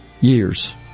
years